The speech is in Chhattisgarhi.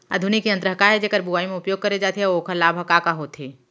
आधुनिक यंत्र का ए जेकर बुवाई म उपयोग करे जाथे अऊ ओखर लाभ ह का का होथे?